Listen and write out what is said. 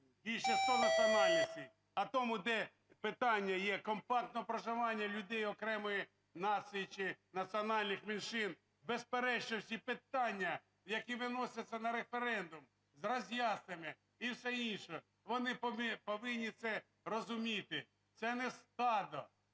як зі 100 національностей. А тому, де питання є компактного проживання людей окремої нації чи національних меншин, безперечно, всі питання, які виносяться на референдум з роз'ясненнями і все інше, вони повинні це розуміти. Це не стадо